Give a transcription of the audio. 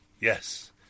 Yes